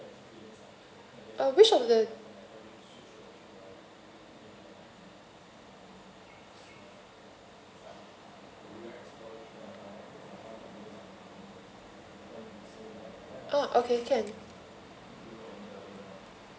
uh which of the uh okay can